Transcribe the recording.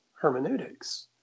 Hermeneutics